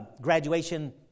graduation